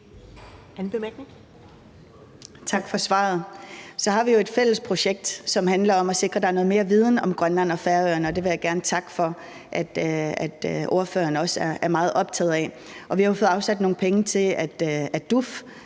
Tak for svaret. Så har vi jo et fælles projekt, som handler om at sikre, at der er noget mere viden om Grønland og Færøerne, og det vil jeg gerne takke for at ordføreren også er meget optaget af. Og vi har jo også fået afsat nogle penge til, at DUF